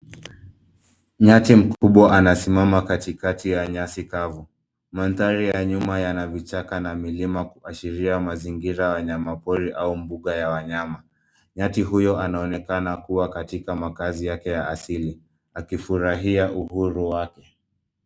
Nyati mkubwa anasimama katikati ya nyasi kavu. Mandhari ya nyuma yana vichaka na milima kuashiria mazingira ya wanyama pori au mbuga ya wanyama. Nyati huyo anaonekana kuwa katika makaazi yake ya asili akifurahia uhuru wake.